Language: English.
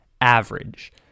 average